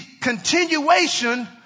continuation